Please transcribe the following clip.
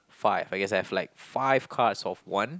five I guess I have like five cards of one